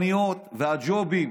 והמכוניות והג'ובים.